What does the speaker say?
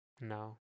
No